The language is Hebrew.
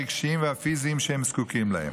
הרגשיים והפיזיים שהם זקוקים להם.